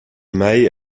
mei